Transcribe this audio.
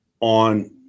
on